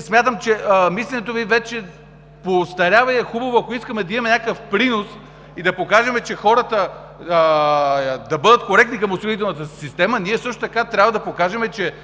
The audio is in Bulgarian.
смятам, че мисленето Ви вече поостарява и е хубаво, ако искаме да имаме някакъв принос и да покажем на хората да бъдат коректни към осигурителната система, ние също трябва да покажем, че